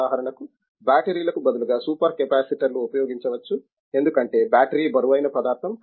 ఉదాహరణకు బ్యాటరీలకు బదులుగా సూపర్ కెపాసిటర్లు ఉపయోగించవచ్చు ఎందుకంటే బ్యాటరీ బరువైన పదార్థం